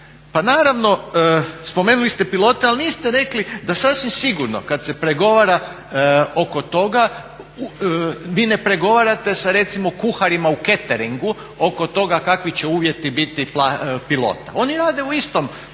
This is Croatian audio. Pa naravno, spomenuli ste pilote ali niste rekli da sasvim sigurno kad se pregovara oko toga vi ne pregovarate sa recimo kuharima u cateringu oko toga kakvi će uvjeti biti pilota. Oni rade u istom